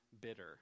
bitter